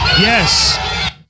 Yes